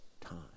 time